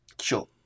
sure